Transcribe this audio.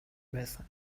байсан